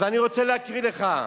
אז אני רוצה להקריא לך: